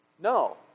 No